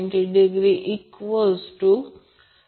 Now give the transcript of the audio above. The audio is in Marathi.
518